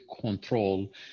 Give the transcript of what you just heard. control